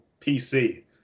pc